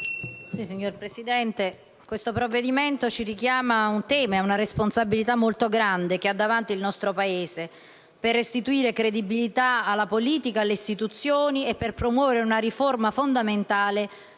Signora Presidente, il provvedimento in esame ci richiama ad una responsabilità molto grande che ha davanti il nostro Paese per restituire credibilità alla politica, alle istituzioni, per promuovere una riforma fondamentale